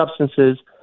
substances